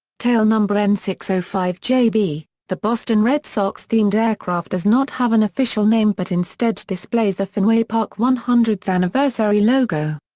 tail number n six zero so five j b, the boston red sox themed aircraft does not have an official name but instead displays the fenway park one hundredth anniversary logo.